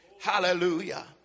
Hallelujah